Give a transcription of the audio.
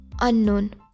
unknown